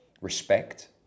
respect